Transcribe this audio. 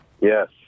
Yes